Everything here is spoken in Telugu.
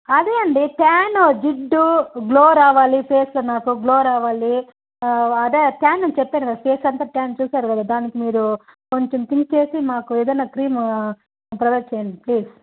అదే అండీ ట్యాను జిడ్డు గ్లో రావాలి ఫేస్లో నాకు గ్లో రావాలి అదే ట్యాన్ అని చెప్పాను కదా ఫేస్ అంతా ట్యాన్ చూశారు కదా దానికి మీరు కొంచెం తీసేసి మాకు ఏదైన క్రీము ప్రొవైడ్ చేయండి ప్లీజ్